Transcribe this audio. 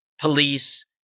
police